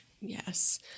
Yes